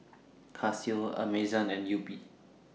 Casio Amazon and Yupi